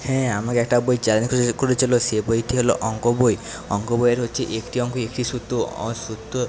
হ্যাঁ আমাকে একটা বই চ্যালেঞ্জ করেছিল সে বইটি হলো অঙ্ক বই অঙ্ক বইয়ের হচ্ছে একটি অঙ্ক একটি সূত্র সূত্র